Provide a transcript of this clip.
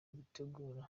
gutegura